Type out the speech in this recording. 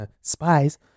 Spies